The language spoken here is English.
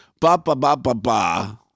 ba-ba-ba-ba-ba